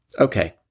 Okay